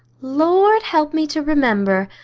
lord help me to remember.